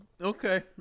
okay